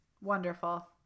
Wonderful